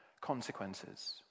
consequences